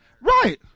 Right